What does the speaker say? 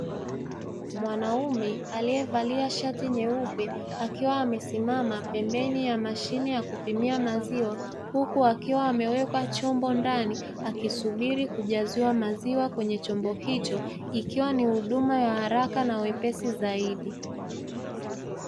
Mwanaume aliyevalia shati nyeupe akiwa amesimama pembeni ya mashine ya kupimia maziwa, huku akiwa amewekwa chomba ndani akisubiri kujaziwa maziwa kwenye chombo hiko. Ikiwa ni huduma ya haraka na ya wepesi zaidi.